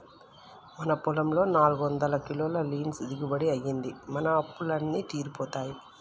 మన పొలంలో నాలుగొందల కిలోల లీన్స్ దిగుబడి అయ్యింది, మన అప్పులు అన్నీ తీరిపోతాయి